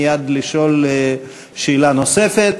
מייד לשאול שאלה נוספת.